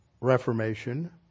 Reformation